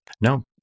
No